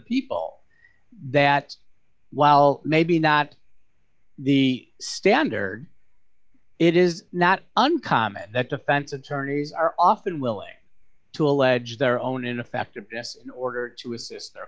people that while maybe not the standard it is not uncommon that defense attorneys are often willing to allege their own in effect of this in order to assist their